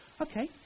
okay